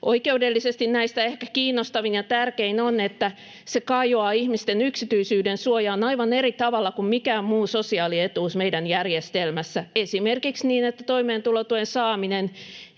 Oikeudellisesti näistä ehkä kiinnostavin ja tärkein on, että se kajoaa ihmisten yksityisyydensuojaan aivan eri tavalla kuin mikään muu sosiaalietuus meidän järjestelmässä, esimerkiksi niin, että toimeentulotuen saamisen